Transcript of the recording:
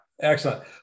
Excellent